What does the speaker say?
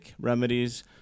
remedies